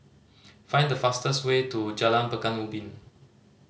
find the fastest way to Jalan Pekan Ubin